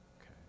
Okay